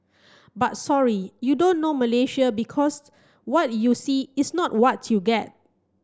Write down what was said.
but sorry you don't know Malaysia because what you see is not what you get